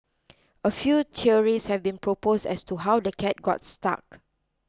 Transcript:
a few theories have been proposed as to how the cat got stuck